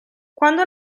quando